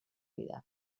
vida